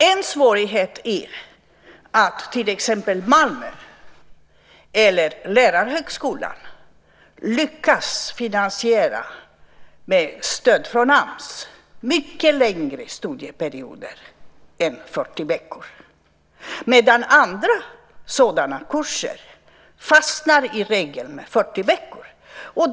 En svårighet är att till exempel högskolan i Malmö eller Lärarhögskolan lyckas finansiera, med stöd från AMS, mycket längre studieperioder än 40 veckor, medan andra sådana kurser i regel fastnar med 40 veckor.